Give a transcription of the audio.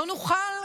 לא נוכל,